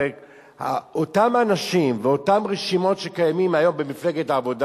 אותם אנשים ואותן רשימות שקיימות היום במפלגת העבודה,